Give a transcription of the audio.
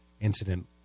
incident